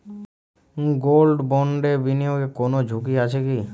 Gold বন্ডে বিনিয়োগে কোন ঝুঁকি আছে কি?